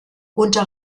unter